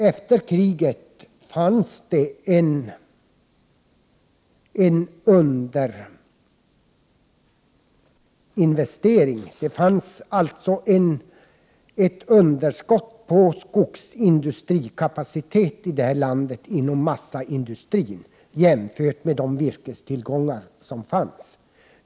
Efter kriget förelåg det en underinvestering, dvs. ett underskott på skogsindustrikapacitet i det här landet inom massaindustrin jämfört med de virkestillgångar som fanns.